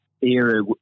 era